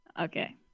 Okay